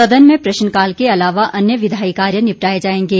सदन में प्रश्नकाल के अलावा अन्य विधायी कार्य निपटाए जाएंगे